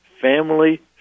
family